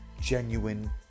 genuine